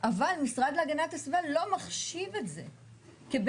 אבל משרד להגנת הסביבה לא מחשיב את זה כבעיה,